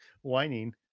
whining